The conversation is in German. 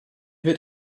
wird